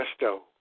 Resto